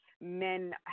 men